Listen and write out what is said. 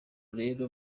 rero